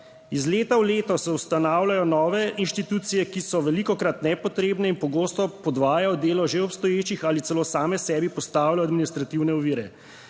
Iz leta v leto se ustanavljajo nove inštitucije, ki so velikokrat nepotrebne in pogosto podvajajo delo že obstoječih ali celo same sebi postavljajo administrativne ovire.